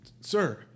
Sir